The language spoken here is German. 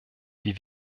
wie